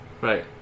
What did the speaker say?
Right